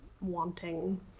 wanting